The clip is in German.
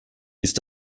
ist